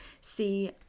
see